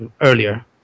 earlier